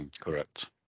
Correct